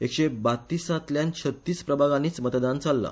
एकशे बत्तीसातल्या छत्तीस प्रभागानीच मतदान चल्ला